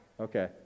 Okay